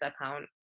account